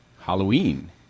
Halloween